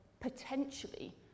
potentially